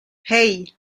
hey